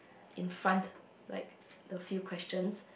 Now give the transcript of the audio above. in front like the few questions